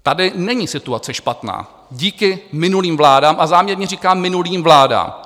Tady není situace špatná díky minulým vládám, a záměrně říkám minulým vládám.